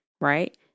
right